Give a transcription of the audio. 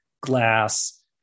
glass